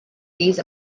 these